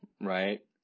right